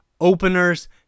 openers